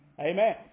Amen